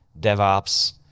devops